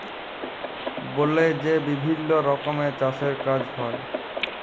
বলে যে বিভিল্ল্য রকমের চাষের কাজ হ্যয়